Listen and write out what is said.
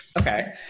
Okay